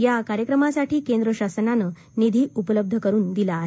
या कार्यक्रमासाठी केंद्र शासनानं निधी उपलब्ध करून दिला आहे